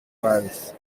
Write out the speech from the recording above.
trials